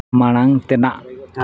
ᱢᱟᱲᱟᱝ ᱛᱮᱱᱟᱜ